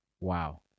Wow